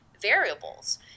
variables